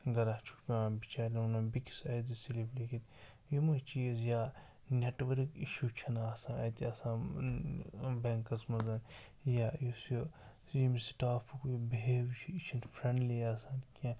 گَرا چھُکھ پٮ۪وان بِچارٮ۪ن وَنُن بیٚکِس اسہِ دِ سلپ لیٚکھِتھ یمے چیٖز یا نٮ۪ٹؤرک اِشوٗ چھِنہٕ آسان اَتہِ آسان بینکَس مَنز یا یُس یہِ ییٚمہِ سٹافُک بِہیو چھُ یہِ چھُنہٕ فرٛٮ۪نڈلی آسان کینٛہہ